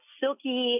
silky